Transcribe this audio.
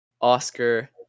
Oscar